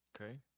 okay